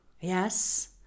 yes